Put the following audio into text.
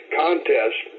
contest